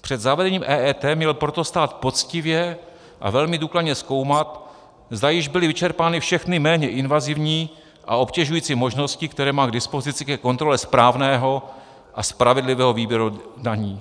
Před zavedením EET měl proto stát poctivě a velmi důkladně zkoumat, zda již byly vyčerpány všechny méně invazivní a obtěžující možnosti, které má k dispozici ke kontrole správného a spravedlivého výběru daní.